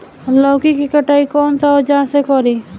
लौकी के कटाई कौन सा औजार से करी?